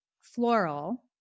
floral